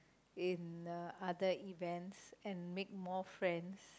in other events and make more friends